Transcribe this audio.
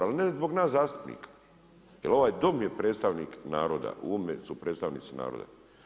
Ali ne zbog nas zastupnika, jer ovaj Dom je predstavnik naroda, u ovome su predstavnici naroda.